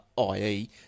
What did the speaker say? IE